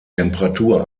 temperatur